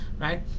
right